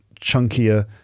chunkier